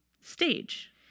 stage